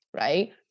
right